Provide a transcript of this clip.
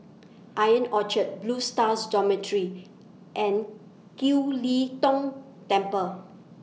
Ion Orchard Blue Stars Dormitory and Kiew Lee Tong Temple